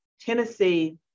Tennessee